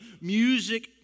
music